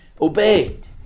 obeyed